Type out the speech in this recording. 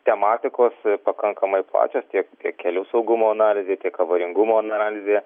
tematikos pakankamai plačios tiek kelių saugumo analizė tiek avaringumo analizė